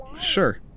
Sure